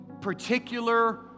particular